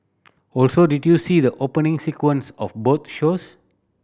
also did you see the opening sequence of both shows